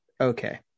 Okay